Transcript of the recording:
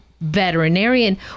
veterinarian